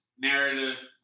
narrative